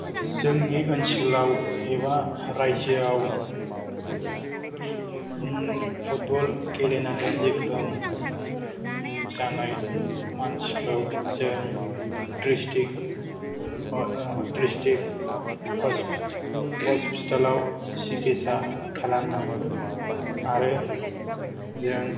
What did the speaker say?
जोंनि ओनसोलाव एबा राइजोआव फुटबल गेलेनानै जोखोम जानाय मानसिखौ जों डिस्ट्रिक्ट हस्पिताल आव सिकित्सा खालामो आरो जों